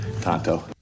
Tonto